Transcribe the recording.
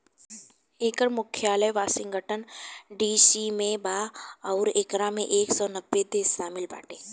एकर मुख्यालय Washington D C में बा अउरी एकरा में एक सौ नब्बे देश शामिल बाटे